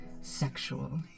sexual